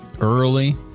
early